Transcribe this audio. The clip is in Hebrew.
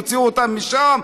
הוציאו אותם משם,